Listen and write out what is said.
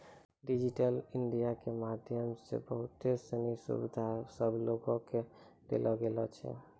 digital India के माध्यमो से बहुते सिनी सुविधा सभ लोको के देलो गेलो छै